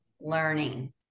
learning